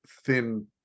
Thin